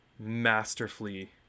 masterfully